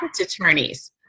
attorneys